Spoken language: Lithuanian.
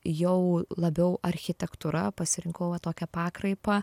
jau labiau architektūra pasirinkau va tokią pakraipą